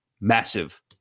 massive